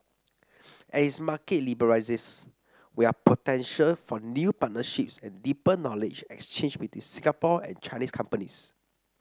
as its market liberalises we are potential for new partnerships and deeper knowledge exchange between Singapore and Chinese companies